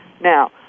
Now